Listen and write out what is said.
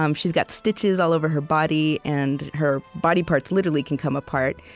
um she's got stitches all over her body, and her body parts literally can come apart.